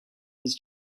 his